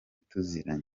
tuziranye